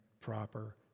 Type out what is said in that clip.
proper